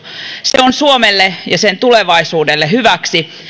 se on suomelle ja sen tulevaisuudelle hyväksi